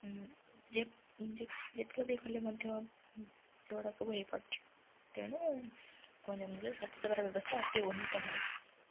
ଯେ ଯେତେବେଳେ ବି କଲେ ମଧ୍ୟ ସେଗୁଡ଼ାକ ସବୁ ହେଇପାରୁଛି ତେଣୁ ଗଞ୍ଜାମ ଜିଲ୍ଲାରେ ସ୍ୱାସ୍ଥ୍ୟ ସେବାର ବ୍ୟବସ୍ଥା ଅତି ଉନ୍ନତମୟ